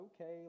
okay